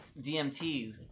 DMT